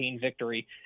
victory